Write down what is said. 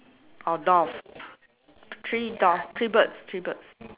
or dove three dove three birds three birds